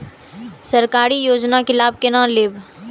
सरकारी योजना के लाभ केना लेब?